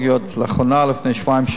לאחרונה, לפני שבועיים-שלושה,